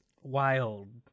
wild